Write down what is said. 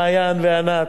מעיין וענת,